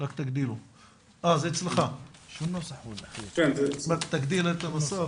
מחקר שבודק את המצב